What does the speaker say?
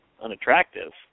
unattractive